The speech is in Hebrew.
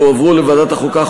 והועברו לוועדת החוקה,